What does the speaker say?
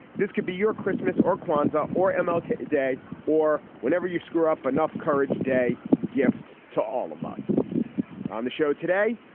this could be your christmas or kwanzaa or mlk ah day or whenever you screw up enough courage day gift to all of us on the show today.